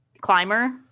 Climber